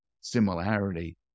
similarity